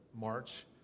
March